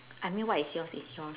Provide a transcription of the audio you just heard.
I mean what is yours is yours